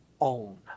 own